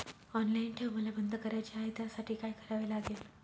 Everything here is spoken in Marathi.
ऑनलाईन ठेव मला बंद करायची आहे, त्यासाठी काय करावे लागेल?